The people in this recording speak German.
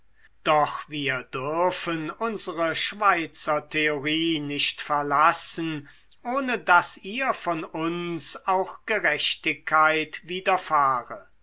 doch wir dürfen unsere schweizertheorie nicht verlassen ohne daß ihr von uns auch gerechtigkeit widerfahre